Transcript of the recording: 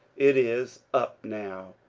it is up now,